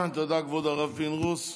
תודה, כבוד הרב פינדרוס.